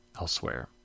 elsewhere